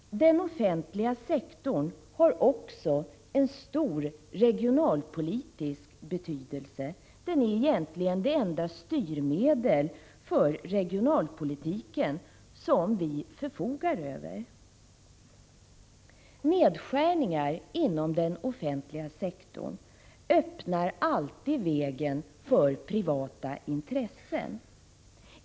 Den offentliga sektorn har också en stor regionalpolitisk betydelse. Den är egentligen det enda styrmedel som vi förfogar över när det gäller regionalpolitiken. Nedskärningar inom den offentliga sektorn öppnar alltid vägen för privata intressen.